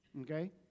Okay